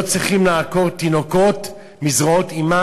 לא צריכים לעקור תינוקות מזרועות אמם